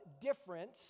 different